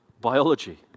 biology